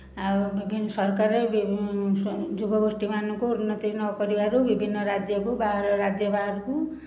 ଆଉ ସରକାର ଯୁବଗୋଷ୍ଠୀମାନଙ୍କୁ ଉନ୍ନତି ନ କରିବାରୁ ବିଭିନ୍ନ ରାଜ୍ୟ କୁ ବାହାର ରାଜ୍ୟ ବାହାରକୁ